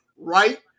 right